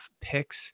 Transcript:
picks